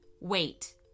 wait